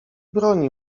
broni